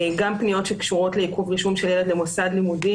גם פניות שקשורות לעיכוב רישום של ילד למוסד לימודים